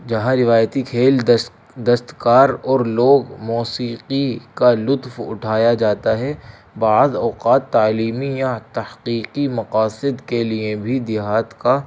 جہاں روایتی کھیل دستکار اور لوگ موسیقی کا لطف اٹھایا جاتا ہے بعض اوقات تعلیمی یا تحقیقی مقاصد کے لیے بھی دیہات کا